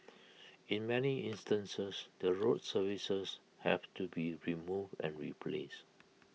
in many instances the road surfaces have to be removed and replaced